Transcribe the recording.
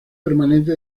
permanente